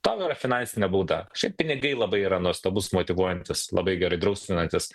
tau yra finansinė bauda šiaip pinigai labai yra nuostabus motyvuojantis labai gerai drausminantis